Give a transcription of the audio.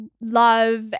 love